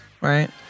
right